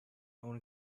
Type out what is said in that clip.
own